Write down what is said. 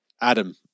Adam